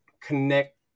connect